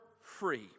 free